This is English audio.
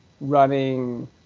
running